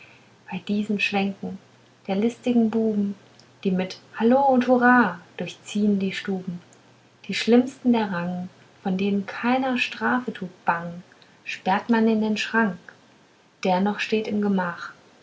bei diesen schwänken der listigen buben die mit hallo und hurra durchziehen die stuben die schlimmsten der rangen denen vor keiner strafe tut bangen sperrt man in den schrank der noch steht im gemach